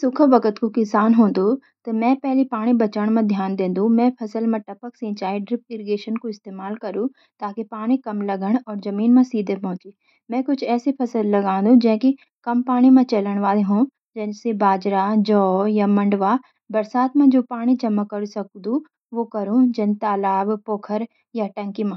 अगर मॅ सूखा बखत को किसान हुँदु, त मै पैली पानी बचाण मा ध्यान दिंदी। मैं फसळें मॅ टपक सिंचाई कु इस्तेमाल करु ताकि पानी कम लागण और जमीन मॅ सीधे पहुँची। मैं कुछ एसी फसळें लगोँदि जैंकि कम पानी मॅ चलण वाली हुं, जैसे बाजरा, जौ, या मडुआ। बरसात मा जो पानी जमा करु सक्दू, वो करुं, जैसे तालाब, पोखर या टंकी मॅ।